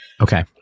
Okay